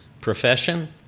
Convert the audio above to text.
profession